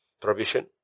Provision